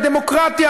לדמוקרטיה,